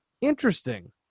interesting